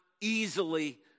easily